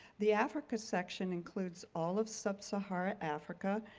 the africa section includes all of sub-sahara africa,